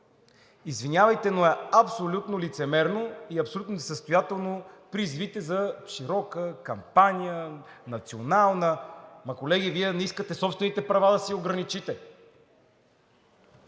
Извинявайте, но е абсолютно лицемерно и абсурдно несъстоятелно – призивите за широка кампания, национална. Ама, колеги, Вие не искате собствените права да си ограничите,